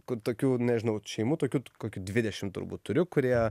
kur tokių nežinau šeimų tokių kokių dvidešim turbūt turiu kurie